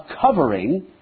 covering